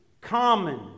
Common